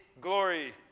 glory